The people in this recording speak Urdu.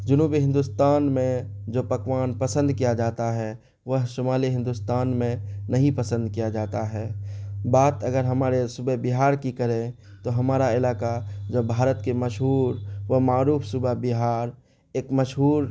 جنوبی ہندوستان میں جو پکوان پسند کیا جاتا ہے وہ شمالی ہندوستان میں نہیں پسند کیا جاتا ہے بات اگر ہمارے صوبح بہار کی کریں تو ہمارا علاقہ جو بھارت کے مشہور و معروف صبح بہار ایک مشہور